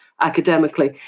academically